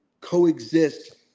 coexist